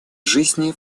жизней